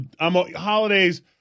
holidays